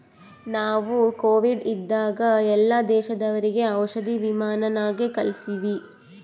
ನಾವು ಕೋವಿಡ್ ಇದ್ದಾಗ ಎಲ್ಲಾ ದೇಶದವರಿಗ್ ಔಷಧಿ ವಿಮಾನ್ ನಾಗೆ ಕಳ್ಸಿವಿ